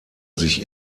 sich